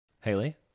Haley